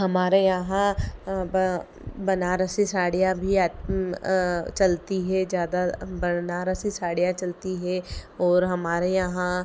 हमारे यहाँ बनारसी साड़ियाँ भी चलती हैं ज़्यादा बनारसी साड़ियाँ चलती हैं और हमारे यहाँ